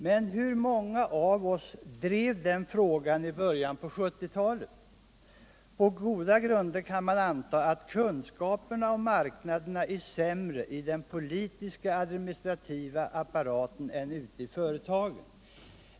Men hur många av oss drev den frågan i Näringspolitiken Näringspolitiken På goda grunder kan man anse att kunskaperna om marknaderna är sämre i den politiska administrativa apparaten än ute i företagen.